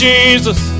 Jesus